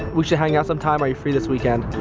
we should hang out sometime. are you free this weekend?